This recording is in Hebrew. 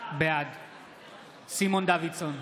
בעד סימון דוידסון,